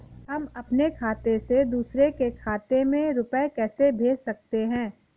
हम अपने खाते से दूसरे के खाते में रुपये कैसे भेज सकते हैं?